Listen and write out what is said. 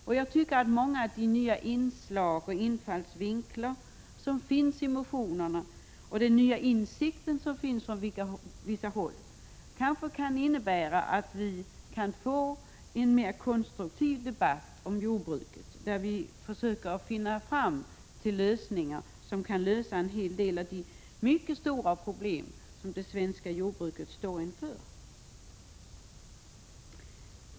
Många av de nya inslag och infallsvinklar som finns i motionerna och den nya insikt som finns på vissa håll kan kanske innebära att vi kan få en mer konstruktiv debatt om jordbruket där vi försöker att komma fram till lösningar av en hel del av de mycket stora problem som det svenska jordbruket står inför.